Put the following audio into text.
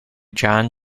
john